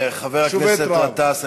חבר הכנסת גטאס,